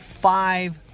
five